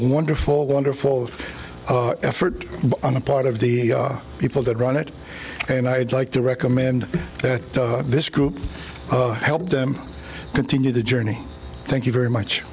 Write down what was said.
wonderful wonderful effort on the part of the people that run it and i'd like to recommend that this group help them continue the journey thank you very much